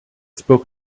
spoke